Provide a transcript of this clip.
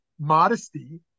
modesty